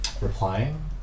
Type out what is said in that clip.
replying